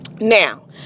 Now